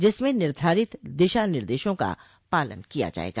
जिसमें निर्धारित दिशा निर्देशों का पालन किया जायेगा